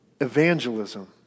evangelism